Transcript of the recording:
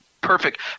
perfect